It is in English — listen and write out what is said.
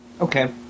Okay